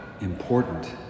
important